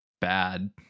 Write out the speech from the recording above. bad